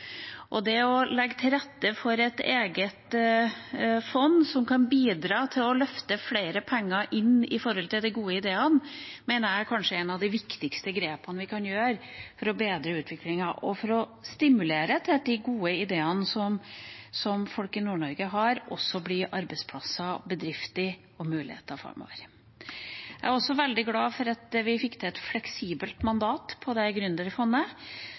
Det å legge til rette for et eget fond, som kan bidra til å løfte flere penger inn i de gode ideene, mener jeg kanskje er en av de viktigste grepene vi kan ta for å bedre utviklinga og for å stimulere til at de gode ideene som folk i Nord-Norge har, også blir arbeidsplasser, bedrifter og muligheter framover. Jeg er også veldig glad for at vi fikk til et fleksibelt mandat